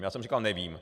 Já jsem říkal: Nevím.